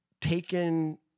taken